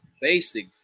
basic